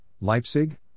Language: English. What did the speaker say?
Leipzig